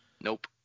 Nope